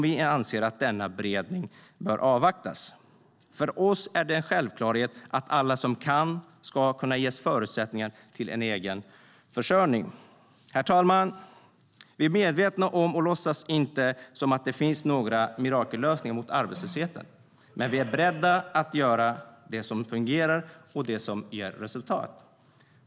Vi anser att denna beredning bör avvaktas. För oss är det en självklarhet att alla som kan ska ges förutsättningar till egen försörjning. Herr talman! Vi är medvetna om att det inte finns några mirakellösningar mot arbetslösheten, och vi låtsas inte heller att det gör det. Men vi är beredda att göra det som fungerar och ger resultat.